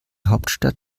hauptstadt